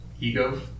ego